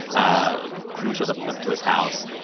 a crew showed up up to his house,